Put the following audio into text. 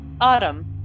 autumn